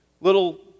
little